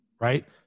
right